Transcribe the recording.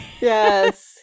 Yes